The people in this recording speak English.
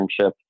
internship